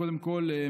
קודם כול,